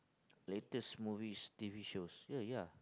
latest movies T_V show ya ya